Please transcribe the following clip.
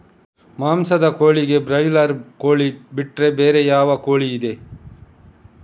ಮಾಂಸದ ಕೋಳಿಗೆ ಬ್ರಾಲರ್ ಕೋಳಿ ಬಿಟ್ರೆ ಬೇರೆ ಯಾವ ಕೋಳಿಯಿದೆ?